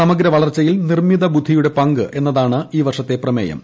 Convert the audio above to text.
സമഗ്രവളർച്ചയിൽ നിർമ്മിത ബുദ്ധിയുടെ പങ്ക് എന്നതാണ് ഈ വർഷത്തെ പ്രമേയം